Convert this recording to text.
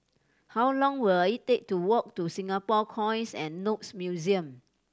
how long will it take to walk to Singapore Coins and Notes Museum